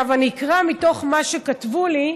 אני אקרא מתוך מה שכתבו לי,